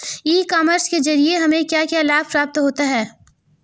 ई commerce के ज़रिए हमें क्या क्या लाभ प्राप्त होता है?